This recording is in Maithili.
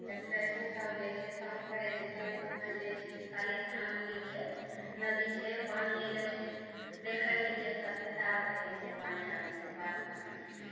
जत्ते छै सभ जाइ छै शाम पड़ै छै सभ घुमैले जाइ छै काली स्थान मन्दिर छै नदी छै पानि अयलैह छै देखैके लिअ सभ बेताब रहै छै पानि आबै छै तऽ बाढ़िके पानि